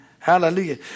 Hallelujah